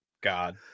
God